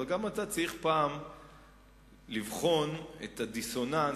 אבל גם אתה צריך פעם לבחון את הדיסוננס,